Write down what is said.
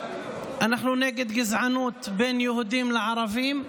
אנחנו נגד גזענות בין יהודים לערבים,